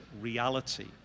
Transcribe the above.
reality